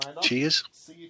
Cheers